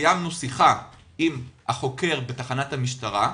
קיימנו שיחה עם החוקר בתחנת המשטרה,